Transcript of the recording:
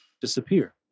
disappear